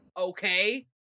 Okay